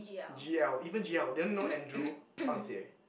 g_l even g_l they only know Andrew fang jie